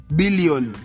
billion